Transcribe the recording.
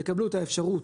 יקבלו את האפשרות,